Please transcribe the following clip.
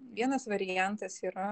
vienas variantas yra